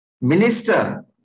minister